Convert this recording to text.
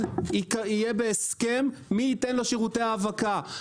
יהיה בהסכם מי ייתן לו שירותי האבקה.